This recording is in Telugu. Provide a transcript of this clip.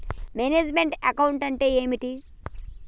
మేనేజ్ మెంట్ అకౌంట్ అంటే ఏమిటి?